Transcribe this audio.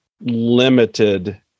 limited